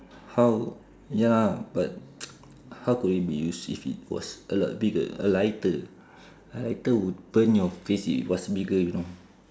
how ya but how could it be used if it was a lot bigger a lighter a lighter would burn your face if it was bigger you know